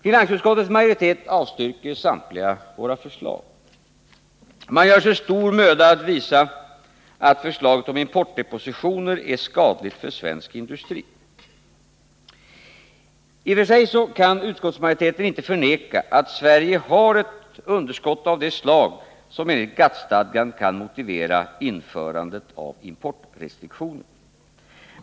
Finansutskottets majoritet avstyrker samtliga våra förslag och gör sig stor möda att visa att förslaget om importdepositioner är skadligt för svensk industri. I och för sig kan utskottsmajoriteten inte förneka att Sverige har ett underskott av det slag som enligt GATT-stadgan kan motivera införandet av importrestriktioner.